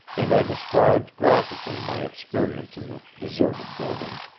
and i described graphically my experience in the deserted building.